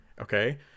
Okay